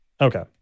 Okay